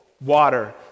water